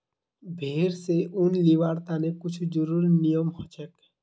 भेड़ स ऊन लीबिर तने कुछू ज़रुरी नियम हछेक